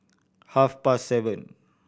half past seven